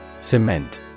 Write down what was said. Cement